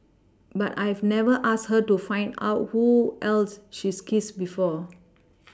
but I've never asked her to find out who else she's kissed before